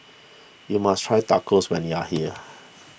you must try Tacos when you are here